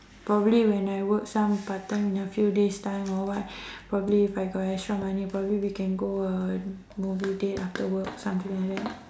probably when I work some part time in a few days time or what probably if I got extra money probably we can go a movie date after work something like that